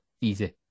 Easy